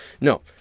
No